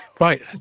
Right